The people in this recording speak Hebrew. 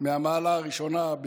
מהמעלה הראשונה,